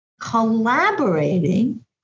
collaborating